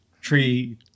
tree